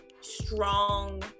strong